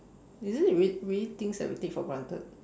is it really really things that we take for granted